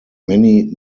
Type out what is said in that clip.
many